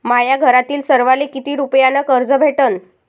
माह्या घरातील सर्वाले किती रुप्यान कर्ज भेटन?